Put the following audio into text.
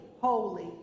holy